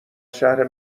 شهر